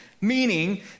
Meaning